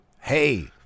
Hey